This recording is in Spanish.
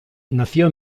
nació